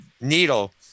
needle